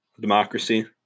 democracy